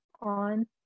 on